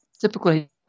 Typically